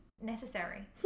necessary